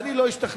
ואני לא השתכנעתי.